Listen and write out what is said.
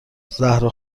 زهرا